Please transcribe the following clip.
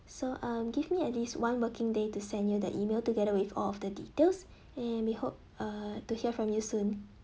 so um give me at least one working day to send you the email together with all of the details and we hope uh to hear from you soon